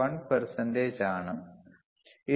0001 ആണ്